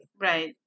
Right